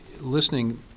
listening